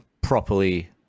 properly